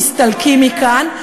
תסתלקי מכאן,